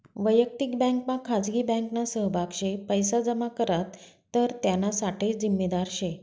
वयक्तिक बँकमा खाजगी बँकना सहभाग शे पैसा जमा करात तर त्याना साठे जिम्मेदार शे